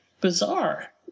bizarre